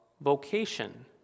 vocation